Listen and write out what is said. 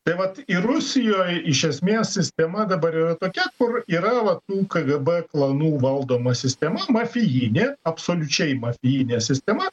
tai vat ir rusijoj iš esmės sistema dabar yra tokia kur yra vat tų kgb klanų valdoma sistema mafijinė absoliučiai mafijinė sistema